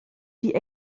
die